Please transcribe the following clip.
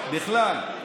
בכלל,